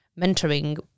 mentoring